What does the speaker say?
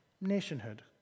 nationhood